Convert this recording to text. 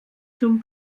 zum